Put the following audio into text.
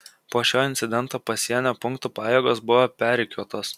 po šio incidento pasienio punktų pajėgos buvo perrikiuotos